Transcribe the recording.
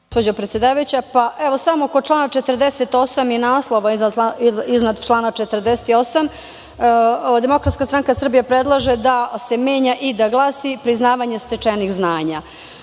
Gospođo predsedavajuća, evo samo kod člana 48. i naslova iznad člana 48, Demokratska stranka Srbije predlaže da se menja i da glasi – priznavanje stečenih zvanja. Naime,